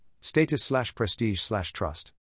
status-slash-prestige-slash-trust